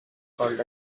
called